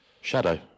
Shadow